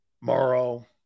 Morrow